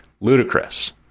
ludicrous